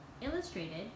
Illustrated